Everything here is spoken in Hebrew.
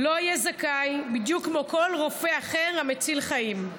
לא יהיה זכאי בדיוק כמו כל רופא אחר המציל חיים.